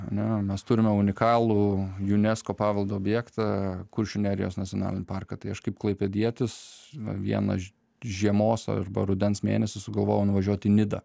na mes turime unikalų unesco paveldo objektą kuršių nerijos nacionalinį parką tai aš kaip klaipėdietis vieną žiemos arba rudens mėnesį sugalvojau nuvažiuoti į nidą